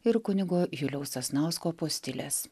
ir kunigo juliaus sasnausko postilės